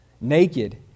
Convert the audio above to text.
Naked